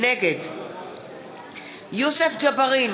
נגד יוסף ג'בארין,